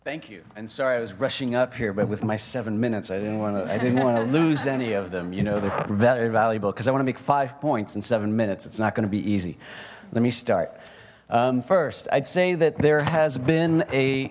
thank you and sorry i was rushing up here but with my seven minutes i didn't want to i didn't want to lose any of them you know they're very valuable because i want to make five points in seven minutes it's not going to be easy let me start first i'd say that there has been a